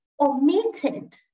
omitted